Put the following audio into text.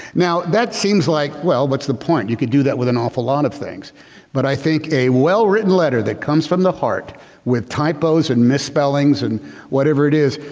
now that seems like well, what's the point you could do that with an awful lot of things but i think a well-written letter that comes from the heart with typos and misspellings and whatever it is,